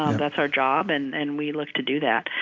um that's our job, and and we love to do that.